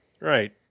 Right